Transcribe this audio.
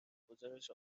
گزارش